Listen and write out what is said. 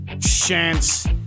chance